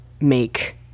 make